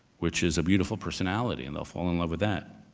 which is a beautiful personality. and they'll fall in love with that.